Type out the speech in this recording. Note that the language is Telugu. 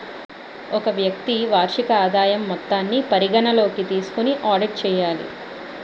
ఒక వ్యక్తి వార్షిక ఆదాయం మొత్తాన్ని పరిగణలోకి తీసుకొని ఆడిట్ చేయాలి